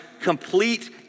complete